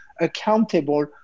accountable